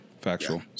Factual